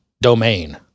domain